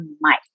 mike